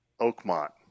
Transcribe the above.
Oakmont